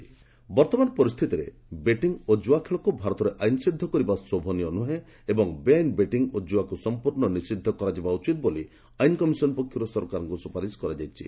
ଲ commission ବର୍ତ୍ତମାନ ପରିସ୍ଥିତିରେ betting ଓ କୁଆଖେଳକୁ ଭାରତରେ ଆଇନସିଦ୍ଧ କରିବା ଶୋଭନୀୟ ନୁହେଁ ଏବଂ ବେଆଇନ ବେଟିଂ ଓ ଜୁଆକୁ ସଂପ୍ରର୍ଣ୍ଣ ନିଷିଦ୍ଧ କରାଯିବା ଉଚିତ ବୋଲି ଆଇନ କମିଶନ ପକ୍ଷରୁ ସରକାରଙ୍କୁ ସୁପାରିଶ କରାଯାଇଛି